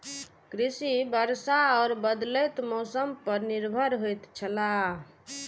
कृषि वर्षा और बदलेत मौसम पर निर्भर होयत छला